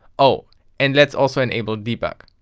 oh and let's also enable debug.